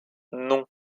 non